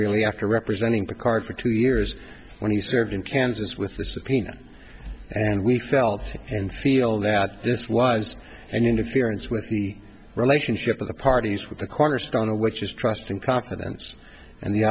really after representing the card for two years when he served in kansas with the subpoena and we felt and feel that this was an interference with the relationship of the parties with the cornerstone of which is trust and confidence and the